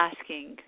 asking